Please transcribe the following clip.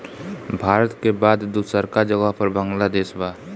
भारत के बाद दूसरका जगह पर बांग्लादेश बा